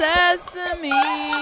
Sesame